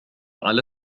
على